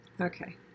Okay